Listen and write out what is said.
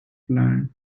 plant